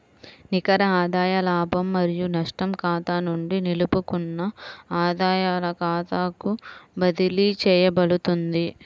నికర ఆదాయ లాభం మరియు నష్టం ఖాతా నుండి నిలుపుకున్న ఆదాయాల ఖాతాకు బదిలీ చేయబడుతుంది